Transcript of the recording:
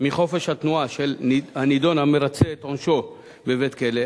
מחופש התנועה של הנידון המרצה את עונשו בבית-כלא,